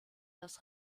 das